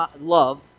love